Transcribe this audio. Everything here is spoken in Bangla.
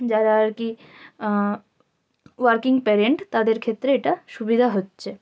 যারা আর কি ওয়ার্কিং পেরেন্ট তাদের ক্ষেত্রে এটা সুবিধা হচ্ছে